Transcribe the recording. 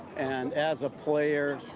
and as a player,